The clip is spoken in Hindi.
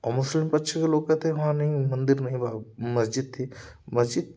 और मुस्लिम पक्ष लोग कहते हैं वहाँ नहीं मंदिर नहीं मस्जिद थी मस्जिद